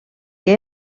que